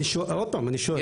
עוד פעם, אני שואל.